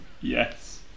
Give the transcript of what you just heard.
Yes